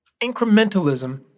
Incrementalism